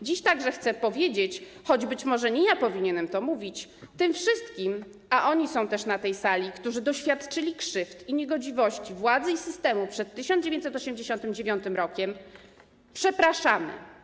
Dziś także chcę powiedzieć, choć być może nie ja powinienem to mówić, tym wszystkim, a oni są też na tej sali, którzy doświadczyli krzywd i niegodziwości władzy i systemu przed 1989 r.: przepraszamy.